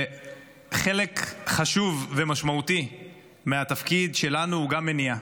חלק חשוב ומשמעותי מהתפקיד שלנו הוא גם מניעה.